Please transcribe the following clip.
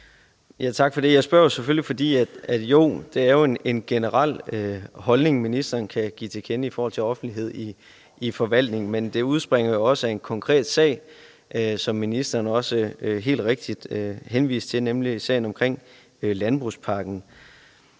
Jeg spørger selvfølgelig, fordi det jo er en generel holdning, ministeren kan give til kende i forhold til offentlighed i forvaltningen. Men det udspringer også af en konkret sag, som ministeren helt rigtigt henviste til, nemlig sagen om landbrugspakken